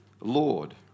Lord